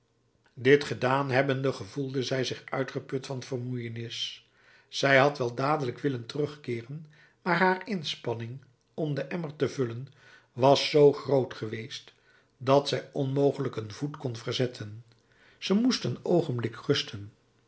dit gedaan hebbende gevoelde zij zich uitgeput van vermoeienis zij had wel dadelijk willen terugkeeren maar haar inspanning om den emmer te vullen was zoo groot geweest dat zij onmogelijk een voet kon verzetten zij moest een oogenblik rusten